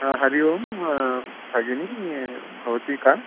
हा हरि ओं भगिनी भवती का